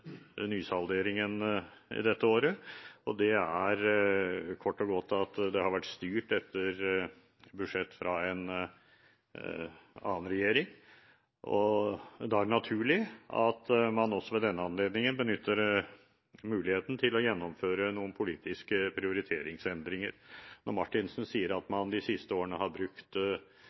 nysalderingen dette året, og det er kort og godt at det har vært styrt etter budsjett fra en annen regjering. Da er det naturlig at man også ved denne anledningen benytter muligheten til å gjennomføre noen politiske prioriteringsendringer. Når Marthinsen sier at man de siste årene har brukt